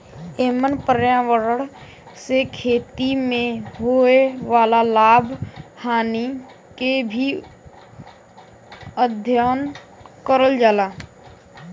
एमन पर्यावरण से खेती में होए वाला लाभ हानि के भी अध्ययन करल जाला